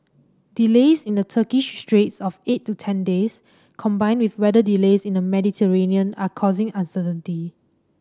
delays in the Turkish straits of eight to ten days combined with weather delays in the Mediterranean are causing uncertainty